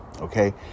okay